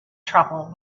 trouble